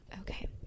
okay